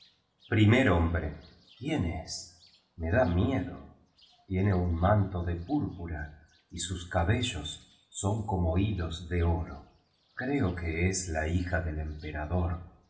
primer hombre quién es me da miedo tiene un man to de púrpura y sus cabellos son como hilos de oro creo que es la hija del emperador